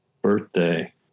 birthday